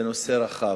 זה נושא רחב,